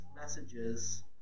messages